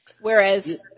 Whereas